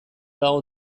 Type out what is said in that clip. dago